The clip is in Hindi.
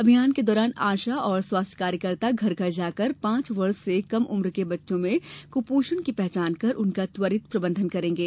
अभियान के दौरान आशा और स्वास्थ्य कार्यकर्ता घर घर जाकर पांच वर्ष से कम उम्र के बच्चों में कुपोषण की पहचान कर उनका त्वरित प्रबंधन करेंगे